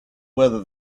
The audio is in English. whether